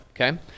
Okay